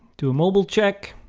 do a mobile check.